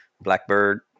Blackbird